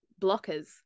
blockers